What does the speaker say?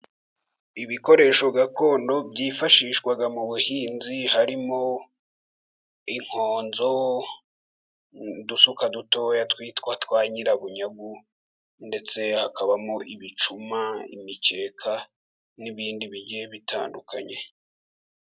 Ibikoresho gakondo byifashishwa mu buhinzi harimo: inkonzo, udusuka dutoya twitwa twa nyirabunyagu, ndetse hakabamo ibicuma, imikeka n'ibindi bigiye bitandukanye.